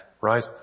right